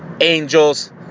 angels